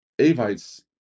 Avites